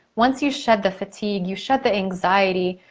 once you shed the fatigue, you shed the anxiety,